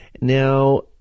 Now